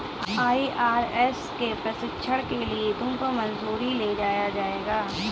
IRS के प्रशिक्षण के लिए तुमको मसूरी ले जाया जाएगा